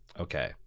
Okay